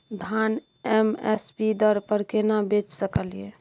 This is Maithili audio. धान एम एस पी दर पर केना बेच सकलियै?